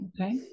Okay